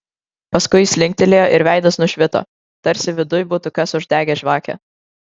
paskui jis linktelėjo ir veidas nušvito tarsi viduj būtų kas uždegęs žvakę